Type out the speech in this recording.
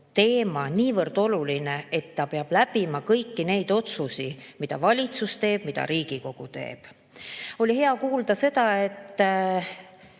teema niivõrd oluline, et ta peab läbima kõiki neid otsuseid, mida valitsus teeb ja mida Riigikogu teeb. Oli hea kuulda, et